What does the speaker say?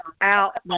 out